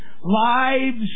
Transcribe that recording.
lives